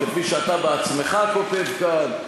כפי שאתה בעצמך כותב כאן,